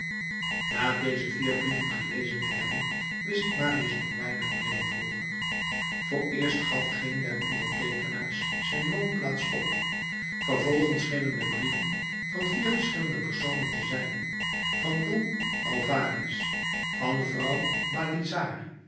na deze vier brieven gelezen te hebben wist marius nog weinig meer dan vroeger vooreerst gaf geen der onderteekenaars zijn woonplaats op vervolgens schenen de brieven van vier verschillende personen te zijn van don alvarès van vrouw balizard